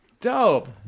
Dope